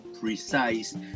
precise